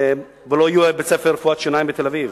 ולא יהיה בית-ספר לרפואת שיניים בתל-אביב".